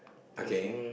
okay